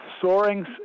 soaring